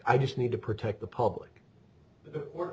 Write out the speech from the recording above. i just need to protect the public